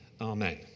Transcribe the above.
Amen